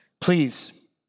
Please